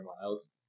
miles